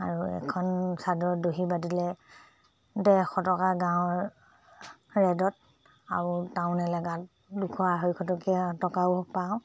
আৰু এখন চাদৰত দহি বাতিলে ডৰশ টকা গাঁৱৰ ৰেটত আৰু টাউন এলেকাত দুশ আঢ়ৈশ টকীয়া টকাও পাওঁ